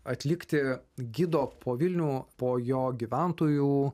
atlikti gido po vilnių po jo gyventojų